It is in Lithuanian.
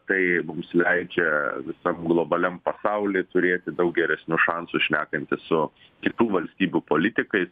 tai mums leidžia visam globaliam pasauliui turėti daug geresnius šansus šnekantis su kitų valstybių politikais